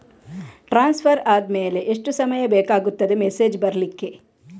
Transfer ಆದ್ಮೇಲೆ ಎಷ್ಟು ಸಮಯ ಬೇಕಾಗುತ್ತದೆ ಮೆಸೇಜ್ ಬರ್ಲಿಕ್ಕೆ?